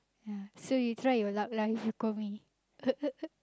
ya so you try your luck lah if you call me